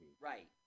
Right